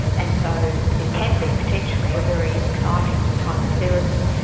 and so it can be, potentially, a very exciting type of therapy.